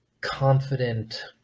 confident